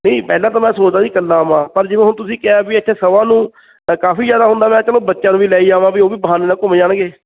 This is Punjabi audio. ਨਹੀਂ ਪਹਿਲਾਂ ਤਾਂ ਮੈਂ ਸੋਚਦਾ ਸੀ ਇਕੱਲਾ ਆਵਾਂ ਪਰ ਜਦੋਂ ਹੁਣ ਤੁਸੀਂ ਕਿਹਾ ਵੀ ਇੱਥੇ ਸਭਾ ਨੂੰ ਕਾਫ਼ੀ ਜ਼ਿਆਦਾ ਹੁੰਦਾ ਮੈਂ ਚਲੋ ਬੱਚਿਆਂ ਨੂੰ ਵੀ ਲੈ ਹੀ ਜਾਵਾਂ ਵੀ ਉਹ ਵੀ ਬਹਾਨੇ ਨਾਲ਼ ਘੁੰਮ ਜਾਣਗੇ